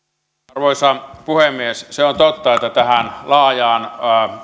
arvoisa puhemies se on totta että tähän laajaan